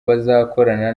bazakorana